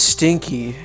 Stinky